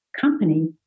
company